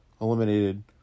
eliminated